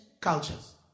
cultures